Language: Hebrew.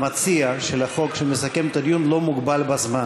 המציע של החוק שמסכם את הדיון לא מוגבל בזמן.